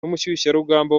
n’umushyushyarugamba